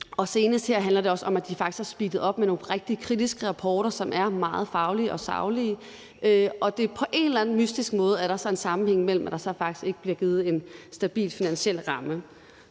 Senest handler det om, at de også har speedet op med nogle rigtig kritiske rapporter, som er meget faglige og saglige, og at der på en eller anden mystisk måde er en sammenhæng med, at der faktisk ikke bliver givet en stabil finansiel ramme.